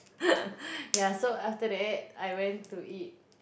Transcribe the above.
ya so after that I went to eat